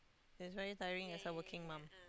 it's very tiring as a working mum